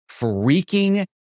freaking